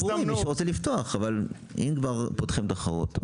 --- אם כבר פותחים תחרות...